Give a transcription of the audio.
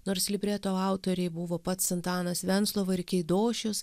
nors libreto autoriai buvo pats antanas venclova ir keidošius